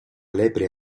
lepre